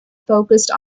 focused